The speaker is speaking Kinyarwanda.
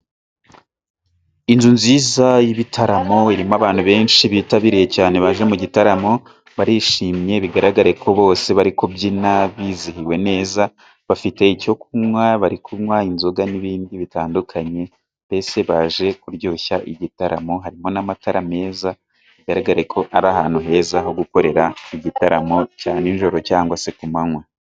Inzu nziza y'ibitaramo irimo abantu benshi bitabiriye cyane baje mu gitaramo, barishimye bigaragareko bose bari kubyina bizihiwe neza, bafite icyo kunywa bari kunywa inzoga n'ibindi bitandukanye mbese baje kuryoshya igitaramo. Harimo n'amatara meza bigaragareko ari ahantu heza ho gukorera igitaramo cya nijoro cyangwa se ku manywa.